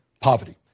poverty